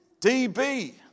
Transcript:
DB